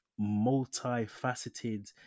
multifaceted